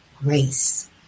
grace